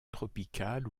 tropicales